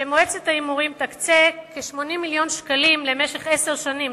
שמועצת ההימורים תקצה כ-80 מיליון שקלים למשך עשר שנים.